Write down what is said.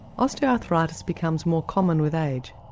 osteoarthritis becomes more common with age,